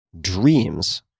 dreams